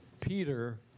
Peter